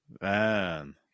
Man